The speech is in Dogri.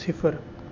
सिफर